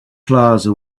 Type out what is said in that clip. plaza